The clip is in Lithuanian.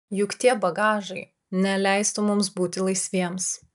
juk tie bagažai neleistų mums būti laisviems